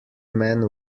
men